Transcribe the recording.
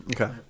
Okay